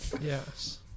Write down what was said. Yes